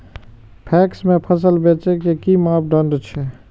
PACS में फसल बेचे के कि मापदंड छै?